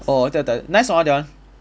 orh attack on titans nice or not that one